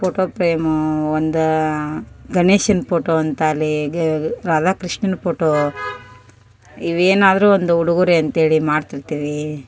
photo frame ಒಂದು ಗಣೇಶನ photo ಅಂತೇಳಿ ಇದು ರಾಧ ಕೃಷ್ಣನ ಪೋಟೋ ಇವೇನಾದರು ಒಂದು ಉಡುಗೊರೆ ಅಂತೇಳಿ ಮಾಡ್ತಿರ್ತೀವಿ